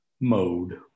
mode